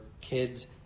kids